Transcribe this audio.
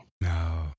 No